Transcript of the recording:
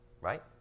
right